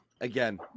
Again